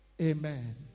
Amen